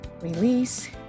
release